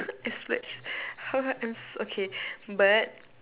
I splurge I'm s~ okay but